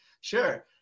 sure